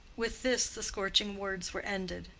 with this the scorching words were ended.